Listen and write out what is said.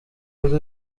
kuri